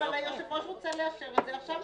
אבל היושב-ראש רוצה לאשר את זה עכשיו.